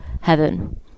heaven